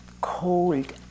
cold